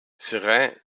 seraing